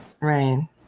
Right